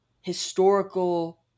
historical